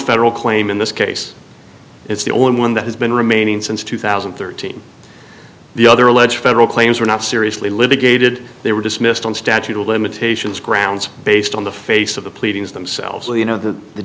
federal claim in this case it's the only one that has been remaining since two thousand and thirteen the other alleged federal claims were not seriously litigated they were dismissed on statute of limitations grounds based on the face of the pleadings themselves so you know that the